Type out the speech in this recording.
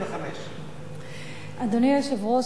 להתחתן עד גיל 25. אדוני היושב-ראש,